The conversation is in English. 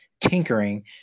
tinkering